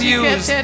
use